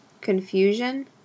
confusion